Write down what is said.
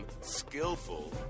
skillful